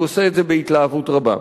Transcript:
הוא עושה את זה בהתלהבות רבה.